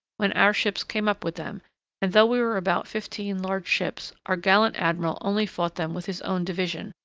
when our ships came up with them and, though we were about fifteen large ships, our gallant admiral only fought them with his own division,